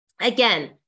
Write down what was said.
Again